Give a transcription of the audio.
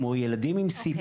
כמו ילדים עם CP